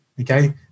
okay